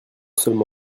seulement